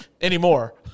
Anymore